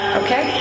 okay